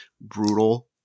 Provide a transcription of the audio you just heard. brutal